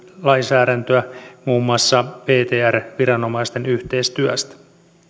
muun muassa ptr viranomaisten yhteistyöstä